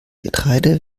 getreide